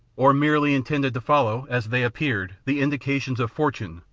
or merely intended to follow, as they appeared, the indications of fortune,